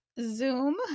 Zoom